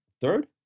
Third